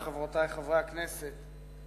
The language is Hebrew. חברי וחברותי חברי הכנסת,